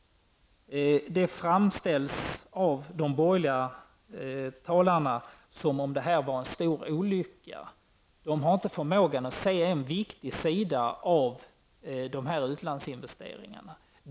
De framställdes av de borgerliga talarna som om de vore en stor olycka. De har inte förmågan att se en viktig sida av dessa utlandsinvesteringar.